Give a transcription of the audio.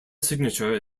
signature